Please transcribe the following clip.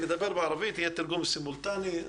יהיה תרגום סימולטני,